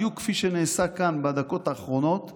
בדיוק כפי שנעשה כאן בדקות האחרונות --- ובצדק.